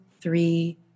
three